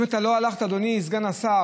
אם אתה לא הלכת, אדוני סגן השר,